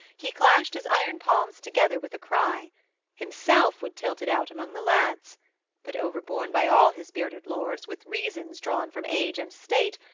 he clashed his iron palms together with a cry himself would tilt it out among the lads but overborne by all his bearded lords with reasons drawn from age and state,